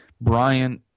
Brian